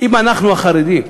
אם אנחנו, החרדים,